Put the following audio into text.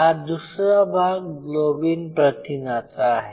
हा दूसरा भाग ग्लोबिन प्रथिनाचा आहे